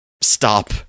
stop